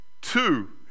Two